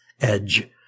edge